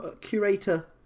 curator